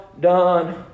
done